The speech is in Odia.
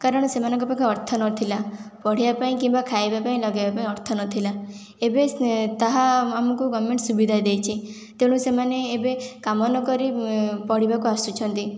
କାରଣ ସେମାନଙ୍କ ପାଖେ ଅର୍ଥ ନଥିଲା ପଢ଼ିବା ପାଇଁ କିମ୍ବା ଖାଇବା ପାଇଁ ଲଗେଇବା ଅର୍ଥ ନଥିଲା ଏବେ ତାହା ଆମକୁ ଗଭର୍ଣ୍ଣମେଣ୍ଟ ସୁବିଧା ଦେଇଛି ତେଣୁ ସେମାନେ ଏବେ କାମ ନ କରି ପଢ଼ିବାକୁ ଆସୁଛନ୍ତି